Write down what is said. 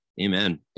amen